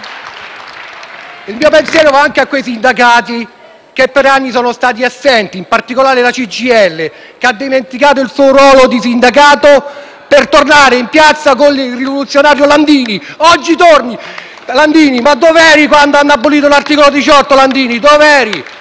Il mio pensiero va anche a quei sindacati che per anni sono stati assenti, in particolare la CGIL, che ha dimenticato il suo ruolo di sindacato per tornare in piazza con il rivoluzionario Landini. Oggi torni, Landini, ma dov'eri quando hanno abolito l'articolo 18? Dov'eri?